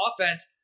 offense